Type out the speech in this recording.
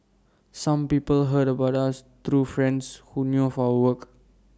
some people heard about us through friends who knew of our work